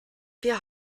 wir